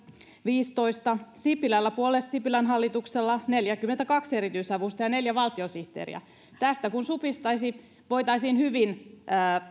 viisitoista valtiosihteeriä sipilän hallituksella oli neljäkymmentäkaksi erityisavustajaa ja neljä valtiosihteeriä tästä kun supistaisi voitaisiin hyvin